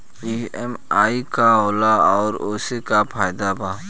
EMI का होला और ओसे का फायदा बा?